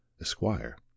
Esquire